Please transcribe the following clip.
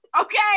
okay